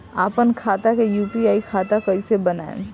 आपन खाता के यू.पी.आई खाता कईसे बनाएम?